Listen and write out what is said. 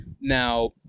now